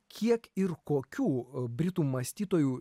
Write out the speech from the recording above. kiek ir kokių britų mąstytojų